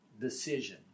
decision